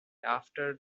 after